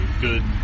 good